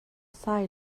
sai